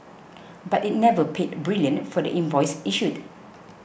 but it never paid brilliant for the invoice issued